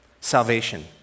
salvation